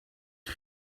der